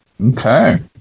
Okay